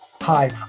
Hi